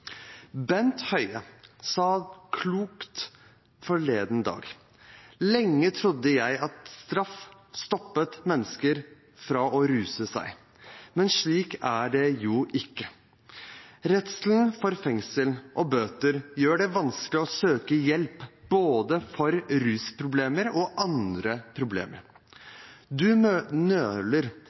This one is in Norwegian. Bent Høie sa klokt forleden dag: «Lenge trodde jeg at straff stoppet mennesker fra å ruse seg. Men slik er det jo ikke. Redselen for fengsel og bøter gjør det vanskelig å søke hjelp, både for rusproblemer og andre problemer. Du nøler